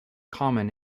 common